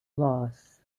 lost